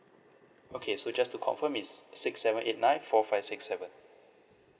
okay so just to confirm it's six seven eight nine four five six seven